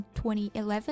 2011